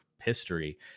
history